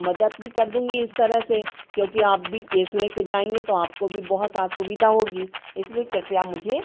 मदद भी कर दूँगी इस तरह से क्योंकि आप भी केस लेकर जाएँगे तो आपको भी बहुत असुविधा होगी इसलिए कृपया मुझे